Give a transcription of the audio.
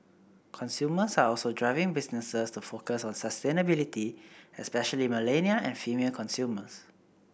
consumers are also driving businesses to focus on sustainability especially millennial and female consumers